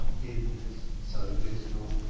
dimness so dismal,